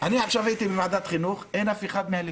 עכשיו הייתי בוועדת החינוך אין אף אחד מהליכוד.